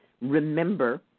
remember